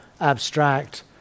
abstract